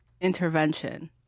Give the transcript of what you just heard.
Intervention